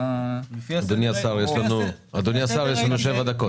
אדוני השר, יש לנו שבע דקות.